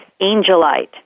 angelite